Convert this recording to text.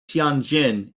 tianjin